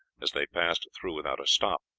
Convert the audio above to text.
as they passed through without a stop.